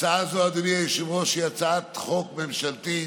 הצעה זו, אדוני היושב-ראש, היא הצעת חוק ממשלתית,